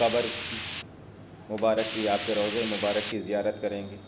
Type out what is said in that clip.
قبر مبارک کی آپ کے روضۂ مبارک کی زیارت کریں گے